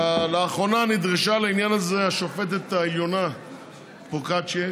לאחרונה נדרשה לעניין הזה השופטת העליונה פרוקצ'יה,